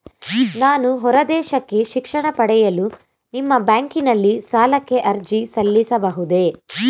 ನಾನು ಹೊರದೇಶಕ್ಕೆ ಶಿಕ್ಷಣ ಪಡೆಯಲು ನಿಮ್ಮ ಬ್ಯಾಂಕಿನಲ್ಲಿ ಸಾಲಕ್ಕೆ ಅರ್ಜಿ ಸಲ್ಲಿಸಬಹುದೇ?